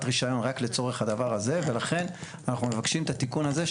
רישיון רק לצורך הדבר הזה ולכן אנחנו מבקשים את התיקון הזה,